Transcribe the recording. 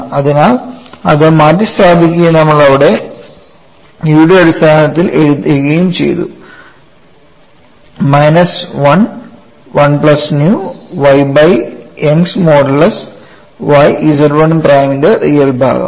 അതിനാൽ അത് മാറ്റിസ്ഥാപിക്കുകയും നമ്മൾ ഇവിടെ E യുടെ അടിസ്ഥാനത്തിൽ എഴുതുകയും ചെയ്തു minus 1 1 plus nu Y by Young's modulus y Z 1 പ്രൈമിന്റെ റിയൽ ഭാഗം